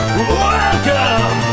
Welcome